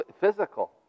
physical